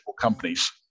companies